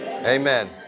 Amen